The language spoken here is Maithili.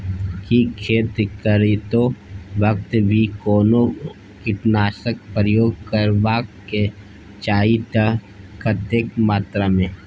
की खेत करैतो वक्त भी कोनो कीटनासक प्रयोग करबाक चाही त कतेक मात्रा में?